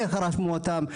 איך רשמו אותם,